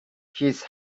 his